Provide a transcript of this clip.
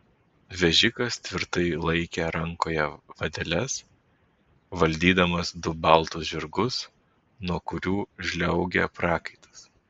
vežikas tvirtai laikė rankoje vadeles valdydamas du baltus žirgus nuo kurių žliaugė prakaitas